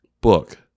book